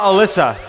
Alyssa